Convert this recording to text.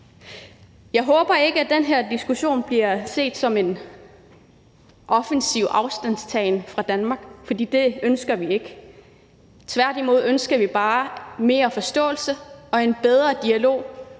Jeg håber ikke, at den her diskussion bliver set som en offensiv afstandtagen fra Danmark, for det ønsker vi ikke. Tværtimod ønsker vi bare mere forståelse og en bedre dialog